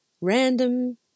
random